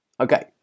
okay